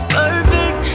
perfect